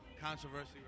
controversy